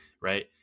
right